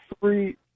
three